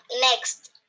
next